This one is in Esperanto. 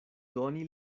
doni